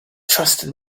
trusted